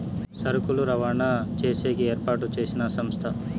సరుకులు రవాణా చేసేకి ఏర్పాటు చేసిన సంస్థ